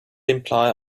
imply